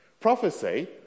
Prophecy